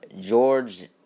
George